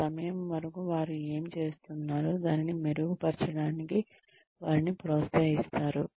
ఆ సమయం వరకు వారు ఏమి చేస్తున్నారో దానిని మెరుగుపరచడానికి వారిని ప్రోత్సహిస్తారు